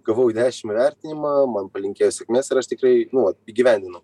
gavau dešim įvertinimą man palinkėjo sėkmės ir aš tikrai nu vat įgyvendinau